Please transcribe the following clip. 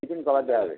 tiffin ক বার দেওয়া হবে